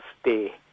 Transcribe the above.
stay